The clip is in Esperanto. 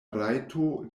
rajtoj